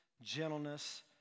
gentleness